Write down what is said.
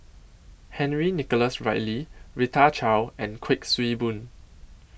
Henry Nicholas Ridley Rita Chao and Kuik Swee Boon